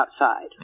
outside